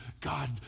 God